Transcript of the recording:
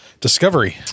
discovery